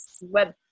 web